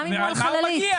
זה נכון,